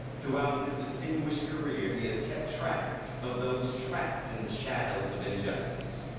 throughout his distinguished career, he has kept track of those trapped in the shadows of injustice.